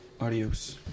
Adios